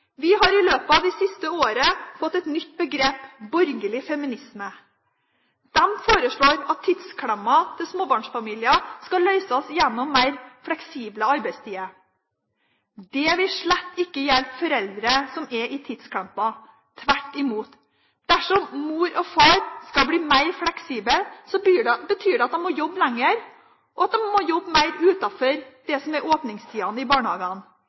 Vi har i løpet av det siste året fått et nytt begrep: borgerlig feminisme. Man foreslår at tidsklemma til småbarnsfamiliene skal løses gjennom mer fleksible arbeidstider. Det vil slett ikke hjelpe foreldre som er i tidsklemma, tvert imot. Dersom mor og far skal bli mer fleksible, betyr det at de må jobbe lenger og mer utenfor åpningstidene i barnehagene. De vil mange ganger ikke rekke å hente barna sine i